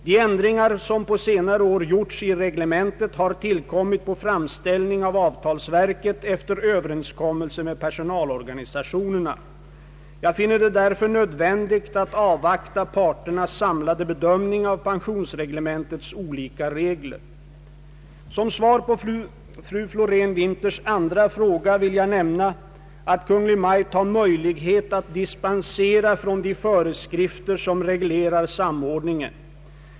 De ändringar som på senare år gjorts i reglementet har tillkommit på framställning av avtalsverket efter överenskommelse med personalorganisationerna. Jag finner det därför nödvändigt att avvakta parternas samlade bedömning av pensionsreglementets olika regler. Som svar på fru Florén-Winthers andra fråga vill jag nämna att Kungl. Maj:t har möjlighet att dispensera från de föreskrifter som reglerar samordningen.